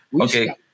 okay